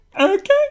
Okay